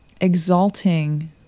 exalting